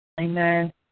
Amen